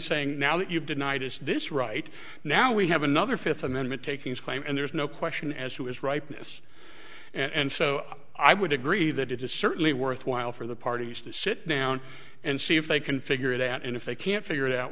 saying now that you've denied us this right now we have another fifth amendment takings claim and there's no question as to his right this and so i would agree that it is certainly worthwhile for the parties to sit down and see if they can figure it out and if they can't figure it out